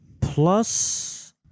plus